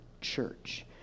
church